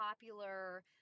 popular